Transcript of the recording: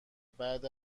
بعد